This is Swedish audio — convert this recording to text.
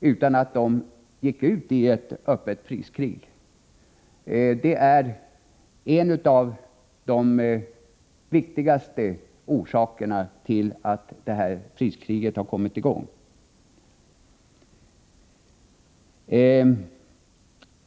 utan att man gick ut i ett öppet priskrig. Det är en av de viktigaste orsakerna till att detta priskrig kommit i gång.